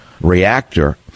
reactor